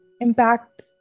impact